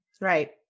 Right